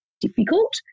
difficult